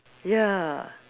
ya